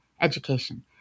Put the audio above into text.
education